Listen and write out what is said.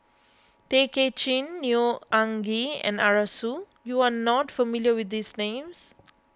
Tay Kay Chin Neo Anngee and Arasu you are not familiar with these names